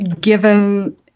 given